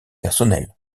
personnelles